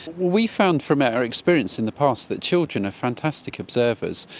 we found from our experience in the past that children are fantastic observers,